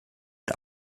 und